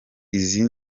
izi